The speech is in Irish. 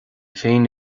féin